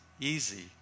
easy